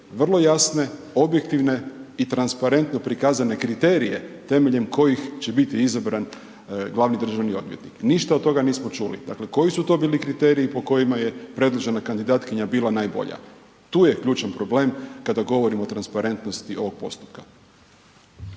vrlo jasne, objektivne i transparentno prikazane kriterije temeljem kojih će biti izabran glavni državni odvjetnik. Ništa od toga nismo čuli. Dakle, koji su to bili kriteriji po kojima je predložena kandidatkinja bila najbolja? Tu je ključan problem kada govorimo o transparentnosti ovog postupka.